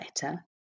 better